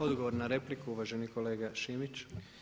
Odgovor na repliku uvaženi kolega Šimić.